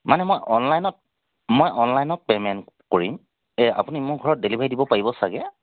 মানে মই অনলাইনত মই অনলাইনত পেমেণ্ট কৰিম এই আপুনি মোৰ ঘৰত ডেলিভাৰী দিব পাৰিব চাগৈ